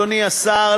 אדוני השר,